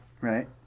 Right